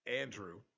Andrew